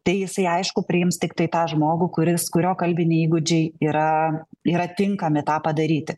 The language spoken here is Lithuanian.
tai jisai aišku priims tiktai tą žmogų kuris kurio kalbiniai įgūdžiai yra yra tinkami tą padaryti